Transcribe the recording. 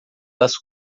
das